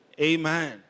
Amen